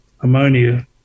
ammonia